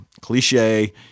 cliche